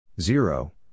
Zero